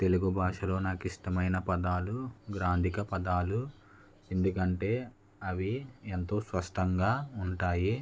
తెలుగు భాషలో నాకు ఇష్టమైన పదాలు గ్రాంథిక పదాలు ఎందుకంటే అవి ఎంతో స్పష్టంగా ఉంటాయి